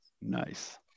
Nice